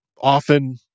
Often